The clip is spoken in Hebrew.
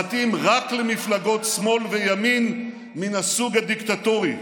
מתאים רק למפלגות שמאל וימין מן הסוג הדיקטטורי"